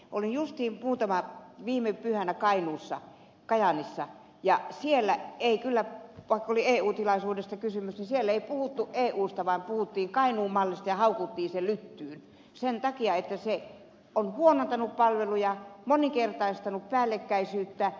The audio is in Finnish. olin justiin viime pyhänä kainuussa kajaanissa ja siellä ei kyllä vaikka oli eu tilaisuudesta kysymys puhuttu eusta vaan puhuttiin kainuun mallista ja haukuttiin se lyttyyn sen takia että se on huonontanut palveluja moninkertaistanut hallinnon päällekkäisyyttä